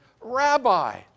Rabbi